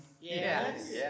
Yes